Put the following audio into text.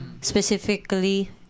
specifically